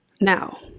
Now